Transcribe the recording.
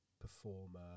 performer